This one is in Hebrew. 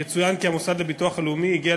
יצוין כי המוסד לביטוח הלאומי הגיעה